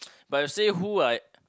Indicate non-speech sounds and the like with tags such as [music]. [noise] but you say who I